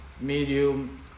medium